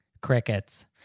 crickets